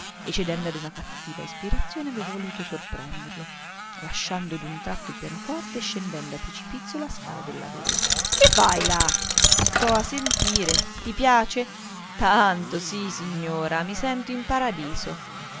e cedendo a una cattiva ispirazione aveva voluto sorprenderlo lasciando d'un tratto il pianoforte e scendendo a precipizio la scala della villa che fai lì sto a sentire ti piace tanto sì signora i sento in paradiso